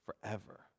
forever